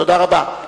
תודה רבה.